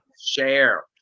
Share